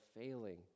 failing